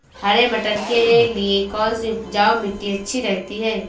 हरे मटर के लिए कौन सी उपजाऊ मिट्टी अच्छी रहती है?